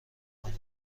کنید